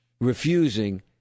refusing